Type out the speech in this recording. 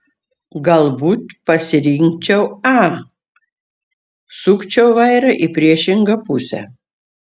galbūt pasirinkčiau a sukčiau vairą į priešingą pusę